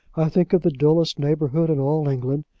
i think it the dullest neighbourhood in all england,